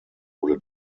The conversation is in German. wurde